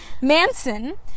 Manson